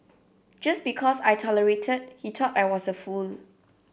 just because I tolerated he thought I was a fool